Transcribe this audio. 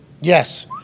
yes